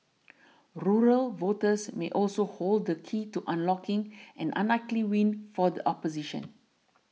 rural voters may also hold the key to unlocking an unlikely win for the opposition